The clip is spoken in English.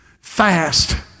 Fast